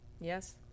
Yes